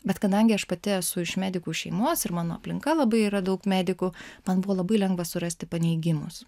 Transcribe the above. bet kadangi aš pati esu iš medikų šeimos ir mano aplinka labai yra daug medikų man buvo labai lengva surasti paneigimus